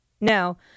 Now